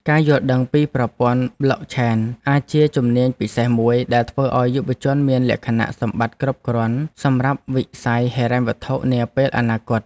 ការយល់ដឹងពីប្រព័ន្ធប្លុកឆេនអាចជាជំនាញពិសេសមួយដែលធ្វើឱ្យយុវជនមានលក្ខណៈសម្បត្តិគ្រប់គ្រាន់សម្រាប់វិស័យហិរញ្ញវត្ថុនាពេលអនាគត។